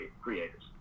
creators